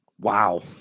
Wow